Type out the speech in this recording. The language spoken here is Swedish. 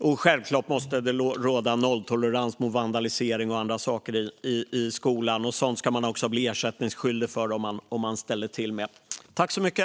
Det måste självklart också råda nolltolerans mot vandalisering och andra saker i skolan. Man ska även bli ersättningsskyldig om man ställer till med sådant.